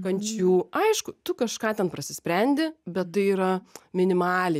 kančių aišku tu kažką ten prasisprendi bet tai yra minimaliai